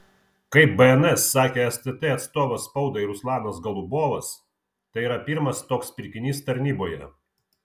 kaip bns sakė stt atstovas spaudai ruslanas golubovas tai yra pirmas toks pirkinys tarnyboje